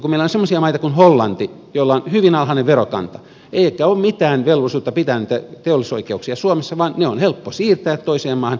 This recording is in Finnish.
kun meillä on semmoisia maita kun hollanti jolla on hyvin alhainen verokanta ei ehkä ole mitään velvollisuutta pitää niitä teollisuusoikeuksia suomessa vaan ne on helppo siirtää toiseen maahan